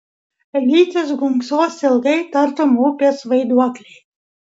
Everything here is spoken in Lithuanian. lytys gunksos ilgai tartum upės vaiduokliai